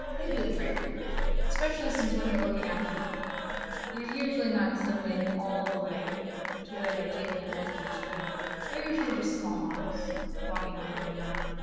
they do the trick especially since when you're looking at them you're usually not zoomed in all the way to where they're taking at most of your screen they're usually just small models walking around on the map